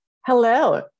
Hello